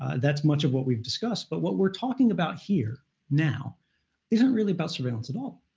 that's much of what we've discussed. but what we're talking about here now isn't really about surveillance at all.